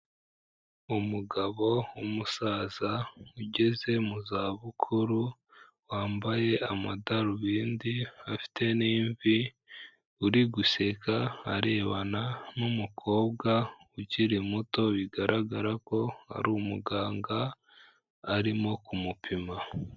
Umugabo w'umusaza ugeze mu za bukuru, wambaye amadarubindi afite n'imvi, uri guseka arebana n'umukobwa ukiri muto, bigaragara ko ari umuganga arimo ku mupima.